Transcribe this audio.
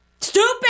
Stupid